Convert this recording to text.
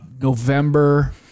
November